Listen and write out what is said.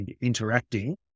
interacting